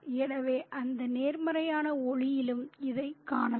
எனவே அந்த நேர்மறையான ஒளியிலும் இதைக் காணலாம்